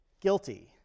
guilty